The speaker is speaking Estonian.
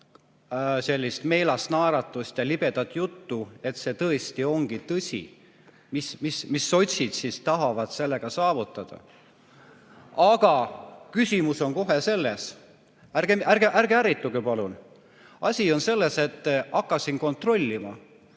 sellist meelast naeratust ja libedat juttu, et see tõesti ongi tõsi, mida sotsid tahavad sellega saavutada. Aga küsimus on kohe selles ... Ärge ärrituge, palun! Asi on selles, et ma hakkasin kontrollima,